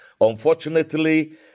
Unfortunately